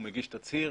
הוא מגיש תצהיר